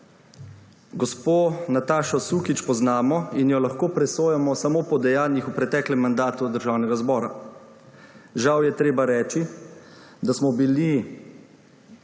gospo Natašo Sukič poznamo in jo lahko presojamo samo po dejanjih v preteklem mandatu Državnega zbora. Žal je treba reči, da smo bili